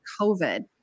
COVID